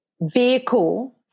vehicle